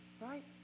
right